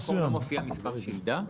בתעודת המקור לא מופיע מספר שלדה?